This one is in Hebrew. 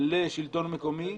לשלטון המקומי.